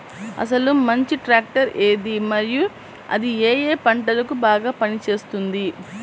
అసలు మంచి ట్రాక్టర్ ఏది మరియు అది ఏ ఏ పంటలకు బాగా పని చేస్తుంది?